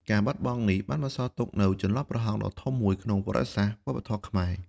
ការបាត់បង់នេះបានបន្សល់ទុកនូវ ចន្លោះប្រហោងដ៏ធំមួយ ក្នុងប្រវត្តិសាស្ត្រវប្បធម៌ខ្មែរ។